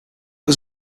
was